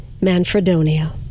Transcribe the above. Manfredonia